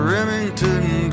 Remington